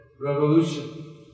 revolution